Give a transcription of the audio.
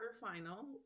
quarterfinal